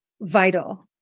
vital